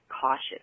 cautious